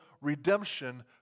redemption